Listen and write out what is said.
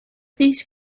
these